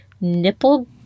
nipple